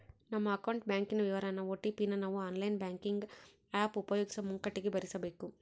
ನಮ್ಮ ಅಕೌಂಟ್ ಬ್ಯಾಂಕಿನ ವಿವರಾನ ಓ.ಟಿ.ಪಿ ನ ನಾವು ಆನ್ಲೈನ್ ಬ್ಯಾಂಕಿಂಗ್ ಆಪ್ ಉಪಯೋಗಿಸೋ ಮುಂಕಟಿಗೆ ಭರಿಸಬಕು